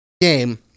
game